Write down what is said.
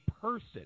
person